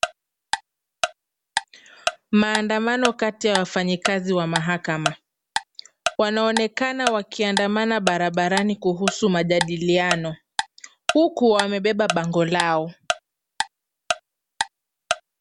Maandamano kati ya wafanyikazi wa mahakama. Wanaoenekana wakiandamana barabarani kuhusu majadiliano huku wamebeba bango lao.